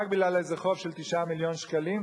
רק בגלל איזה חוב של 9 מיליון שקלים,